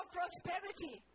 prosperity